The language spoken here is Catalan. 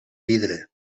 vidre